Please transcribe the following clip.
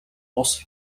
бус